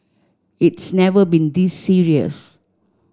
it's never been this serious